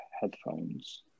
headphones